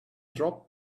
dropped